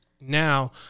Now